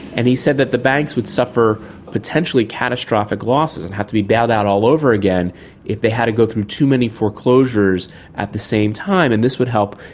and he said that the banks would suffer potentially catastrophic losses and would have to be bailed out all over again if they had to go through too many foreclosures at the same time, and this would help,